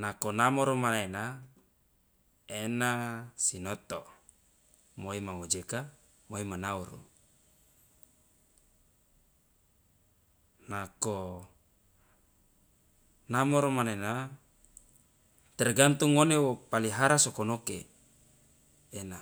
nako namoro manena ena sinoto moi mangoujeka moi manauru nako namoro manena tergantung ngone wo palihara sokonoke ena